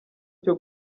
cyo